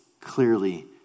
clearly